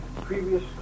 previous